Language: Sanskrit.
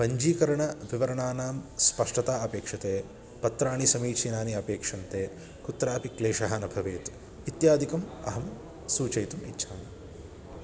पञ्जीकरणविवरणानां स्पष्टता अपेक्षते पत्राणि समीचीनानि अपेक्षन्ते कुत्रापि क्लेशः न भवेत् इत्यादिकम् अहं सूचयितुम् इच्छामि